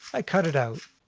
i cut it out,